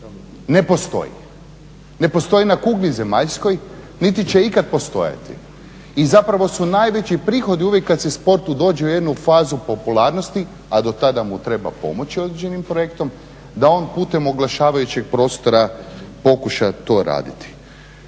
ne postoji, ne postoji na kugli zemaljskoj niti će ikad postojati i zapravo su najveći prihodi uvijek kad se sportu dođe u jednu fazu popularnosti a do tada mu treba pomoći određenim projektom da on putem oglašavajućeg prostora pokuša to raditi,